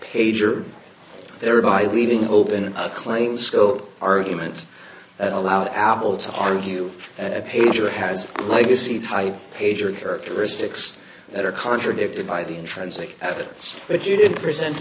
pager thereby leaving open a claim scope argument that allowed apple to argue that a pager has legacy type pager characteristics that are contradicted by the intrinsic evidence but you didn't present